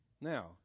Now